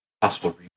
possible